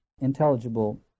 intelligible